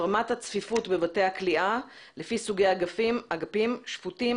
רמת הצפיפות בבתי הכליאה לפי סוגי אגפים: שפוטים,